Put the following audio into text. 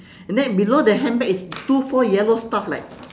and then below the handbag is two four yellow stuff like